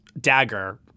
dagger